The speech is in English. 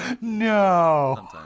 No